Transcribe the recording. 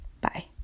Bye